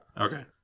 Okay